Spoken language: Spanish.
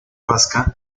vasca